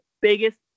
biggest